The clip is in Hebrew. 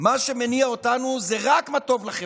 מה שמניע אותנו הוא רק מה שטוב לחברה.